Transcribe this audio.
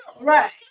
Right